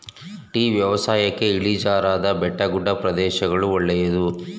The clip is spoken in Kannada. ಟೀ ವ್ಯವಸಾಯಕ್ಕೆ ಇಳಿಜಾರಾದ ಬೆಟ್ಟಗುಡ್ಡ ಪ್ರದೇಶಗಳು ಒಳ್ಳೆದು